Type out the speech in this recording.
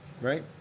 right